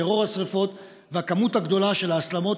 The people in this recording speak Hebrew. טרור השרפות והכמות הגדולה של ההסלמות